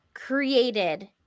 created